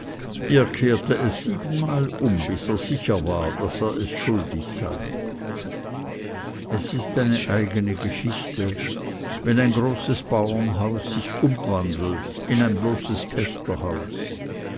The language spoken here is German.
er kehrte es sieben mal um bis er sicher war daß er es schuldig sei es ist eine eigene geschichte wenn ein großes bauernhaus sich umwandelt in ein bloßes